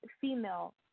female